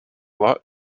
lot